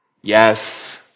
Yes